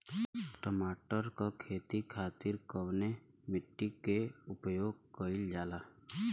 टमाटर क खेती खातिर कवने मिट्टी के उपयोग कइलजाला?